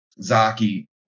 Zaki